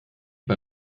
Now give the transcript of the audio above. bei